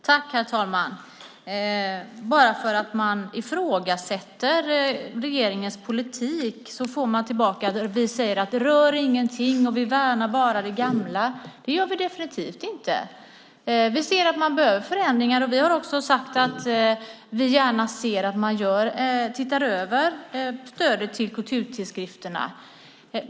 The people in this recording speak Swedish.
Herr talman! Bara för att vi ifrågasätter regeringens politik får vi tillbaka påståenden om att vi säger: Rör ingenting. Vi värnar bara det gamla. Det gör vi definitivt inte. Vi ser att man behöver förändringar. Vi har också sagt att vi gärna ser att man ser över stödet till kulturtidskrifterna.